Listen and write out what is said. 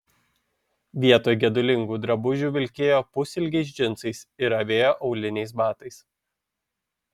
vietoj gedulingų drabužių vilkėjo pusilgiais džinsais ir avėjo auliniais batais